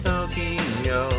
Tokyo